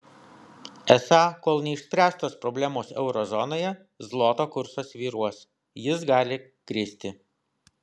esą kol neišspręstos problemos euro zonoje zloto kursas svyruos jis gali kristi